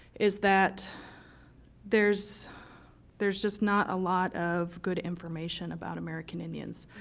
is that there's there's just not a lot of good information about american indians.